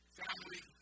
family